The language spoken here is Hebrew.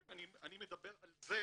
אני מדבר על זה,